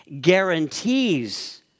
guarantees